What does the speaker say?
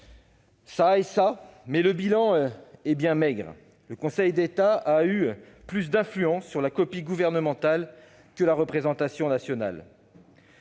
ou de cela, le bilan est bien maigre. Le Conseil d'État a eu plus d'influence sur la copie gouvernementale que la représentation nationale.